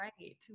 right